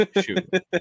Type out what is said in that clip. shoot